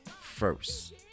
First